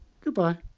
Goodbye